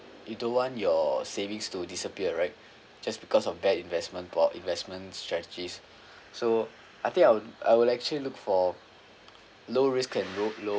you don't want your savings to disappear right just because of bad investment board investment strategies so I think I will I will actually look for low risk and low low